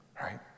Right